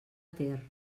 ter